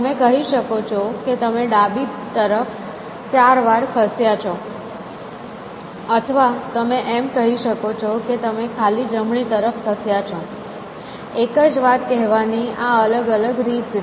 તમે કહી શકો છો કે તમે ડાબી તરફ ચાર વાર ખસ્યા છો અથવા તમે એમ કહી શકો કે તમે ખાલી જમણી તરફ ખસ્યા છો એક જ વાત કહેવાની આ અલગ અલગ રીત છે